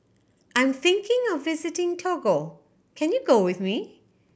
I'm thinking of visiting Togo can you go with me